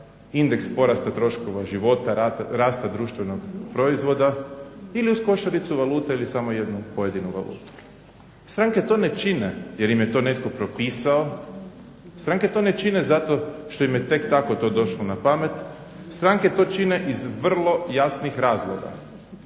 indeks porasta troškova života, rasta društvenog proizvoda ili uz košaricu valuta ili samo pojedine valute. Stranke to ne čine jer im je to netko propisao, stranke to ne čine zato što im je tek tako to došlo na pamet, stranke to čine iz vrlo jasnih razloga,